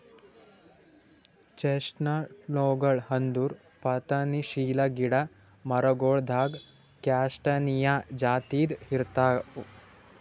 ಚೆಸ್ಟ್ನಟ್ಗೊಳ್ ಅಂದುರ್ ಪತನಶೀಲ ಗಿಡ ಮರಗೊಳ್ದಾಗ್ ಕ್ಯಾಸ್ಟಾನಿಯಾ ಜಾತಿದಾಗ್ ಇರ್ತಾವ್